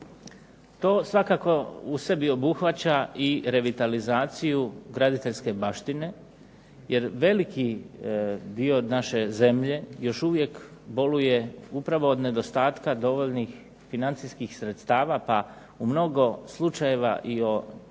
To svakako u sebi obuhvaća i revitalizaciju graditeljske baštine, jer veliki dio naše zemlje još uvijek boluje upravo od nedostatka dovoljnih financijskih sredstava, pa u mnogo slučajeva i o